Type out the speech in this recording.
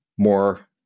more